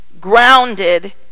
grounded